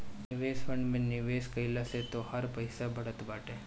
निवेश फंड में निवेश कइला से तोहार पईसा बढ़त बाटे